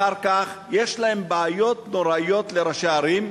יש להם בעיות נוראיות, לראשי הערים,